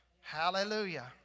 hallelujah